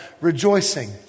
rejoicing